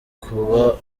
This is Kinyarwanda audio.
kuba